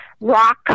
rock